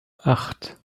acht